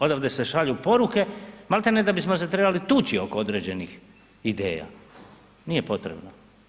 Odavde se šalju poruke malte ne da bismo se trebali tući oko određenih ideja, nije potrebno.